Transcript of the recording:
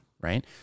right